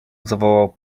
zawołał